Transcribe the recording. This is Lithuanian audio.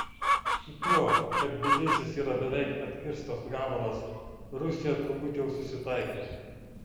su tuo kad tbilisis yra beveik atkirstas gabalas rusija turbūt jau susitaikė